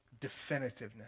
definitiveness